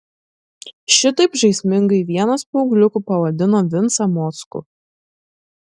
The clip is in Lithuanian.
šitaip žaismingai vienas paaugliukų pavadino vincą mockų